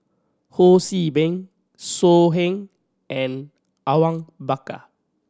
Ho See Beng So Heng and Awang Bakar